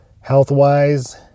health-wise